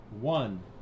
One